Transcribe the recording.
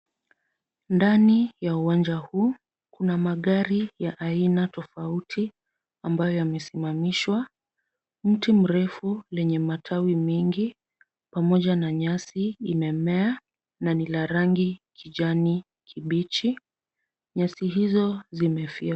Ndani ya uwanja huu, kuna magari ya aina tofauti, ambayo yamesimamishwa. Mti mrefu lenye matawi mengi, pamoja na nyasi imemea na ni la rangi kijani kibichi. Nyasi hizo zimefyekwa.